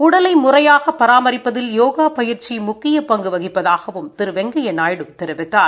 உடலை முறையாக பராமிப்பதில் யோகா பயிற்சி முக்கிய பங்கு வகிப்பதாகவும் திரு வெங்கையா நாயுடு தெரிவித்தார்